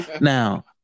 Now